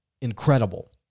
incredible